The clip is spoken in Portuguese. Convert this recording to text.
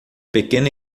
pequena